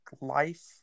life